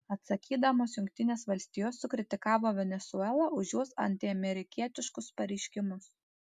atsakydamos jungtinės valstijos sukritikavo venesuelą už jos antiamerikietiškus pareiškimus